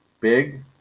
big